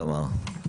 תמר.